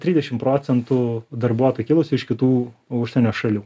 trisdešim procentų darbuotojų kilusių iš kitų užsienio šalių